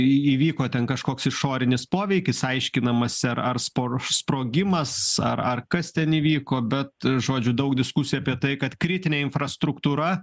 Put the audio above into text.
į įvyko ten kažkoks išorinis poveikis aiškinamasi ar ar spor sprogimas ar ar kas ten įvyko bet žodžiu daug diskusijų apie tai kad kritinė infrastruktūra